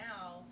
now